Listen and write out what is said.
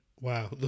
wow